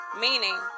Meaning